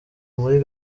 muri